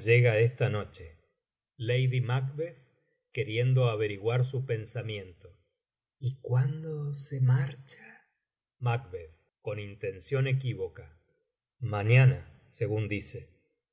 llega esta noche ijady mac queriendo averiguar su pensamiento jl cuánclo sg marcha macb con intención equívoca mañana según dice